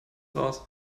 raus